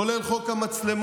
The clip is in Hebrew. כולל חוק המצלמות,